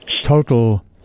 total